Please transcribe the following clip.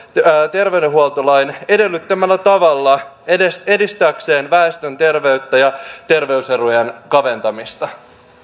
terveydenhuoltolain edellyttämällä tavalla edistääkseen väestön terveyttä ja terveyserojen kaventamista arvoisa